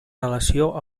relació